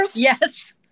Yes